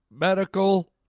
medical